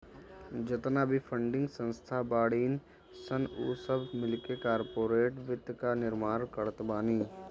जेतना भी फंडिंग संस्था बाड़ीन सन उ सब मिलके कार्पोरेट वित्त कअ निर्माण करत बानी